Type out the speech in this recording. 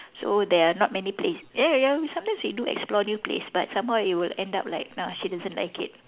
so there are not many place ya ya sometime we will do explore new place but somehow it will end up like no she doesn't like it